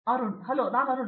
Arun hello ನಾನು ಅರುಣ್